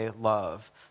love